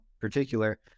particular